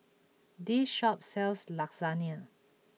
this shop sells Lasagne